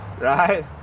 right